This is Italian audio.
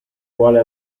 quale